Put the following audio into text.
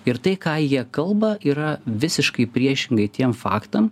ir tai ką jie kalba yra visiškai priešingai tiem faktam